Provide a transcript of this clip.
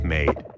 Made